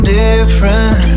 different